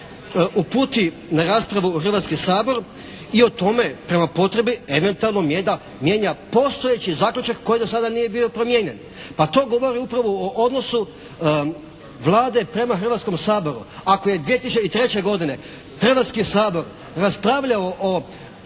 uputi na raspravu u Hrvatski sabor i o tome prema potrebi eventualno mijenja postojeći zaključak koji do sada nije bio promijenjen. Pa to govori upravo o odnosu Vlade prema Hrvatskom saboru. Ako je 2003. godine Hrvatski sabor raspravljao o